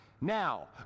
Now